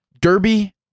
Derby